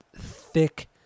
thick